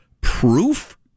proof